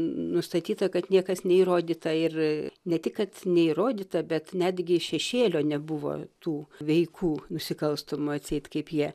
nustatyta kad niekas neįrodyta ir ne tik kad neįrodyta bet netgi šešėlio nebuvo tų veikų nusikalstamų atseit kaip jie